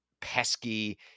pesky